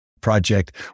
project